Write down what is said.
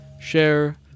share